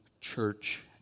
church